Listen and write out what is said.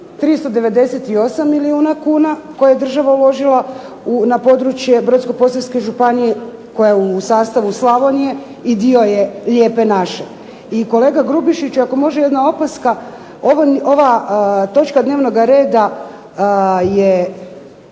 398 milijuna kuna koje je država uložila na području Brodsko-posavske županije, koja je u sastavu Slavonije i dio je lijepe naše. I kolega Grubišić, ako može jedna opaska, ova točka dnevnoga reda je